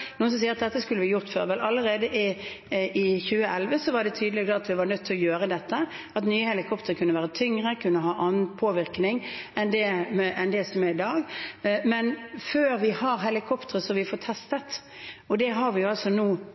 noen som sier at vi skulle gjort dette før. Vel, allerede i 2011 var det tydelig at vi var nødt til å gjøre dette, at nye helikoptre kunne være tyngre, ha annen påvirkning enn de som er i dag, men før vi har helikoptre å teste – og det har vi altså